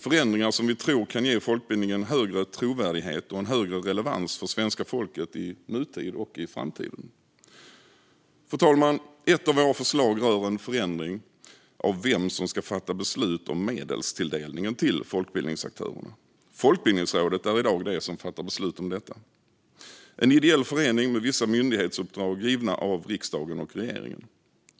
Det är förändringar som vi tror kan ge folkbildningen högre trovärdighet och en högre relevans för svenska folket i nutid och i framtiden. Fru talman! Ett av våra förslag rör en förändring av vem som ska fatta beslut om medelstilldelningen till folkbildningsaktörerna. Folkbildningsrådet är i dag det råd som fattar beslut om detta. Det är en ideell förening med vissa myndighetsuppdrag givna av riksdagen och regeringen.